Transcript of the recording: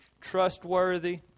trustworthy